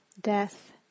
Death